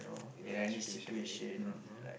in an institution is it ah !huh!